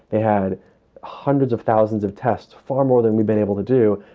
they had hundreds of thousands of tests, far more than we've been able to do.